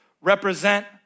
represent